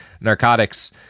narcotics